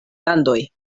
landoj